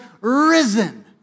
risen